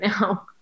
now